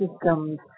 systems